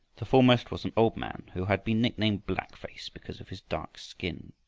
the foremost was an old man who had been nicknamed black-face, because of his dark skin.